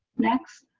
next,